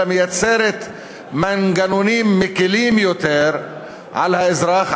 אלא מייצרת מנגנונים מקלים יותר על האזרח,